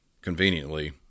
Conveniently